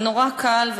זה נורא קל,